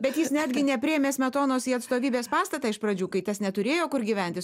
bet jis netgi nepriėmė smetonos į atstovybės pastatą iš pradžių kai tas neturėjo kur gyventi